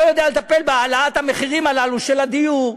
שלא יודע לטפל בהעלאת המחירים הללו של הדיור,